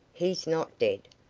he's not dead.